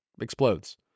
explodes